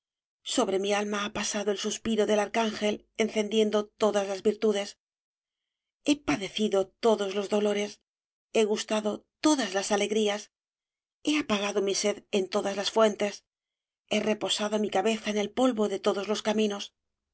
sobre mi alma ha pasado el suspiro del arcángel encendiendo todas las virtudes he padecido todos los dolores he gustado todas las alegrías he apagado mi sed en todas las fuentes he reposado mi cabeza en el polvo de todos los caminos